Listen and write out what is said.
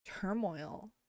turmoil